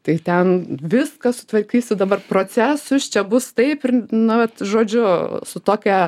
tai ten viską sutvarkysi dabar procesus čia bus taip ir nu vat žodžiu su tokia